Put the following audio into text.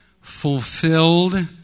fulfilled